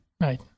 Right